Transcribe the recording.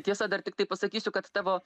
tiesa dar tiktai pasakysiu kad tavo